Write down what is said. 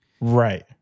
Right